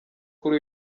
kuri